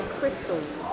crystals